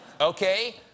Okay